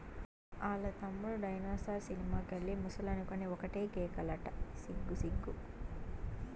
ఆల్ల తమ్ముడు dinosaur cinema కెళ్ళి ముసలనుకొని ఒకటే కేకలంట సిగ్గు సిగ్గు